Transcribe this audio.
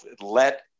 let